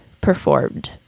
performed